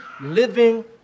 living